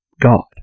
God